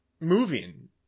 moving